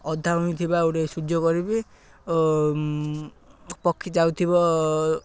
ଅଧା ହୋଇଥିବା ଗୋଟେ ସୂର୍ଯ୍ୟ କରିବି ପକ୍ଷୀ ଯାଉଥିବ